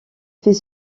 fait